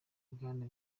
bwana